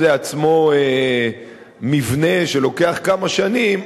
לעצמו מבנה שלוקח לבנות אותו כמה שנים,